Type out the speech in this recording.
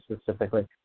specifically